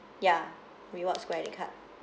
ya rewards credit card